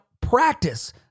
practice